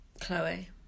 Chloe